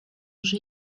уже